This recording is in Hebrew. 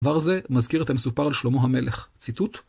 דבר זה מזכיר את המסופר על שלמה המלך, ציטוט